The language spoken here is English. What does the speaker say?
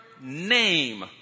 name